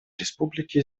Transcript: республики